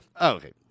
Okay